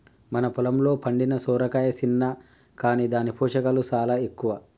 మన పొలంలో పండిన సొరకాయ సిన్న కాని దాని పోషకాలు సాలా ఎక్కువ